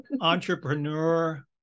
Entrepreneur